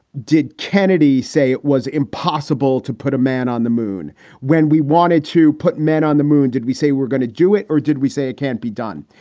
did kennedy say it was impossible to put a man on the moon when we wanted to put men on the moon? did we say we're going to do it or did we say it can't be done?